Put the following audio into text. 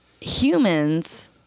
humans